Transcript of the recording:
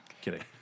kidding